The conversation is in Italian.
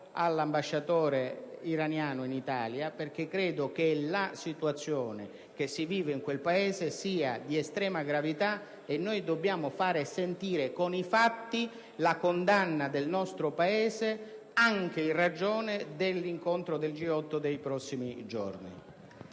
all'ambasciatore iraniano in Italia, perché credo che la situazione che si vive in quel Paese sia di estrema gravità e noi dobbiamo fare sentire con i fatti la condanna del nostro Paese, anche in ragione dell'incontro del G8 dei prossimi giorni.